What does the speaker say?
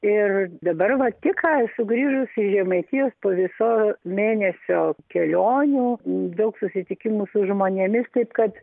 ir dabar va tik ką esu grįžusi iš žemaitijos po viso mėnesio kelionių daug susitikimų su žmonėmis taip kad